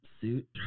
suit